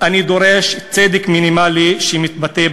אני דורש צדק מינימלי שמתבטא: